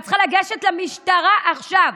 את צריכה לגשת למשטרה עכשיו.